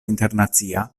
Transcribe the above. internacia